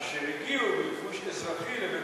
אשר הגיעו בלבוש אזרחי לבית-החולים.